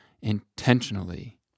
intentionally